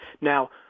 Now